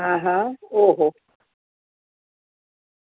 હા હા ઓહો